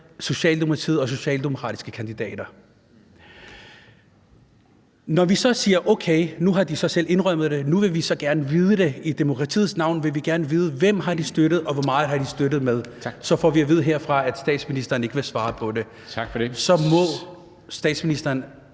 Socialdemokratiet og socialdemokratiske kandidater. Når vi så siger: Okay, nu har man selv indrømmet det, og vi vil nu gerne i demokratiets navn vide, hvem man har støttet, og hvor meget man har støttet med, så får vi at vide herfra, at statsministeren ikke vil svare på det. Så må statsministeren